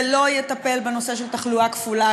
ולא יטפל בנושא של תחלואה כפולה,